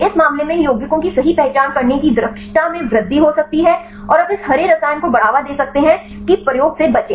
इस मामले में इन यौगिकों की सही पहचान करने की दक्षता में वृद्धि हो सकती है और आप इस हरे रसायन को बढ़ावा दे सकते हैं कि प्रयोग से बचें